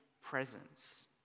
presence